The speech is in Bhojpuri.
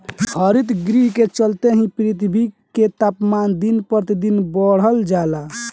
हरितगृह के चलते ही पृथ्वी के तापमान दिन पर दिन बढ़ल जाता